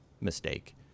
mistake